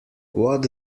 what